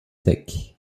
secs